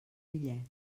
bitllet